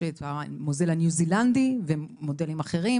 יש את המודל הניוזילנדי ומודלים אחרים,